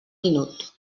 minut